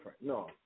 No